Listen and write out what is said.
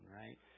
right